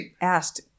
asked